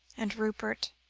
and, rupert,